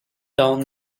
down